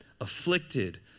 afflicted